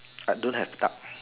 I don't have time